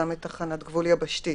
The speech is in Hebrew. גם מתחנת גבול יבשתית,